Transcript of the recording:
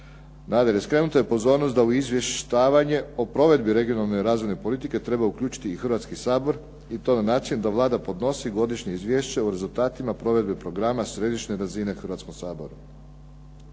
Nadalje skrenuta je pozornost da u izvještavanje o provedbi regionalne i razvojne politike treba uključiti i Hrvatski sabor i to na način da Vlada podnosi godišnje izvješće o rezultatima provedbe programa središnje razine Hrvatskog sabora.